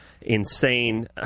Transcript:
insane